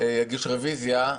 יגישו רביזיה,